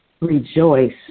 rejoice